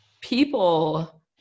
people